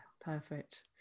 perfect